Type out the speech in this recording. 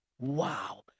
Wow